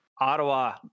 Ottawa